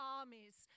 armies